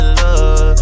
love